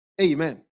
amen